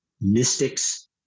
mystics